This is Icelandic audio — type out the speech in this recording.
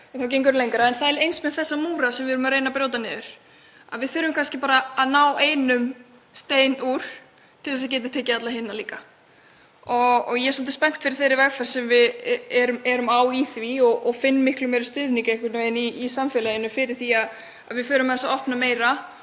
og þá gengur þú lengra. Það er eins með þessa múra sem við erum að reyna að brjóta niður. Við þurfum kannski bara að ná einum steini úr til þess að geta tekið alla hina líka. Ég er svolítið spennt fyrir þeirri vegferð sem við erum á í því og finn miklu meiri stuðning í samfélaginu við að við förum aðeins að opna meira